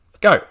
Go